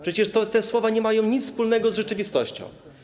Przecież te słowa nie mają nic wspólnego z rzeczywistością.